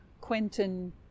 Quentin